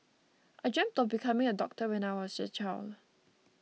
I dreamt of becoming a doctor when I was a child